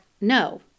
no